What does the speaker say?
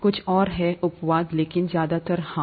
कुछ और है अपवाद लेकिन ज्यादातर हाँ